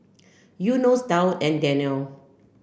Yunos Daud and Daniel